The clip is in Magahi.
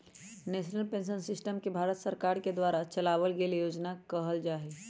नेशनल पेंशन सिस्टम के भारत सरकार के द्वारा चलावल गइल योजना कहल जा हई